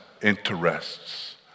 interests